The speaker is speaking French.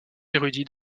érudits